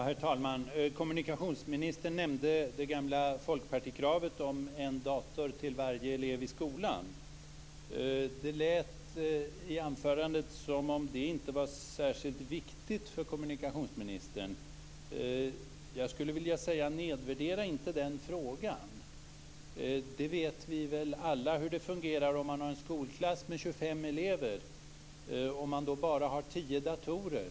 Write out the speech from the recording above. Herr talman! Kommunikationsministern nämnde det gamla folkpartikravet om en dator till varje elev i skolan. Det lät i anförandet som om det inte var särskilt viktigt för kommunikationsministern. Jag skulle vilja säga: Nedvärdera inte den frågan. Vi vet väl alla hur det fungerar om man har en skolklass med 25 elever och bara har tio datorer.